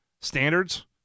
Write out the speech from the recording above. standards